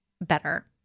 better